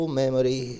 memory